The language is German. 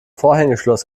vorhängeschloss